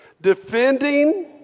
Defending